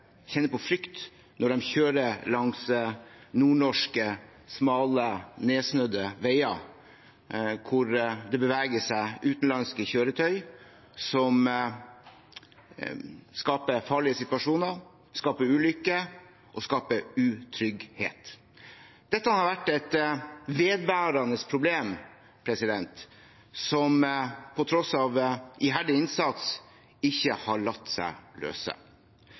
kjenner på en frykt når de kjører langs nordnorske, smale, nedsnødde veier, der det beveger seg utenlandske kjøretøy som skaper farlige situasjoner, ulykker og utrygghet. Dette har vært et vedvarende problem som på tross av iherdig innsats ikke har latt seg løse.